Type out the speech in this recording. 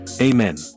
Amen